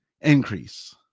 increase